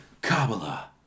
Kabbalah